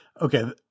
Okay